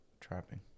trapping